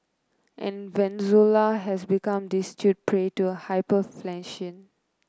and Venezuela has become destitute prey to hyperinflation